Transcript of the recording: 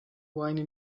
wine